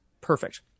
Perfect